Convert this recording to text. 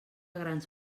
grans